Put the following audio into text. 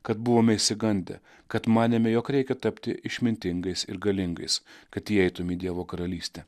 kad buvome išsigandę kad manėme jog reikia tapti išmintingais ir galingais kad įeitum į dievo karalystę